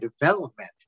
development